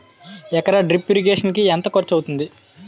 ఎకర drip irrigation కి ఎంత ఖర్చు అవుతుంది?